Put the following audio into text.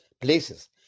places